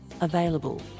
available